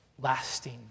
lasting